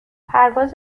پرواز